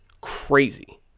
Crazy